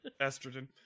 estrogen